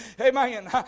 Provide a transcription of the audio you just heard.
Amen